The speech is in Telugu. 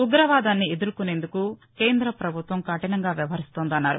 ఉగ్రవాదాన్ని ఎదుర్కొనేందుకు కేంద్ర ప్రభుత్వం కఠినంగా వ్యవహరిస్తోందన్నారు